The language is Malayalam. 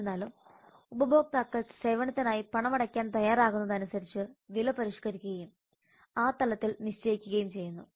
എന്നിരുന്നാലും ഉപഭോക്താക്കൾ സേവനത്തിനായി പണമടയ്ക്കാൻ തയ്യാറാകുന്നതനുസരിച്ച് വില പരിഷ്കരിക്കുകയും ആ തലത്തിൽ നിശ്ചയിക്കുകയും ചെയ്യുന്നു